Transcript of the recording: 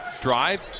drive